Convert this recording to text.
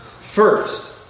First